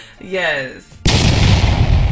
Yes